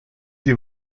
die